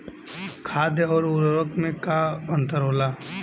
खाद्य आउर उर्वरक में का अंतर होला?